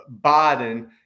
Biden